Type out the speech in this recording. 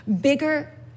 bigger